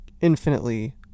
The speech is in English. infinitely